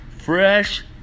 fresh